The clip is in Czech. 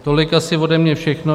Tolik asi ode mě všechno.